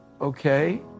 okay